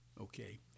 okay